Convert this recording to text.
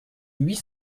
huit